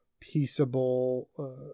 peaceable